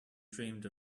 dreamed